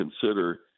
consider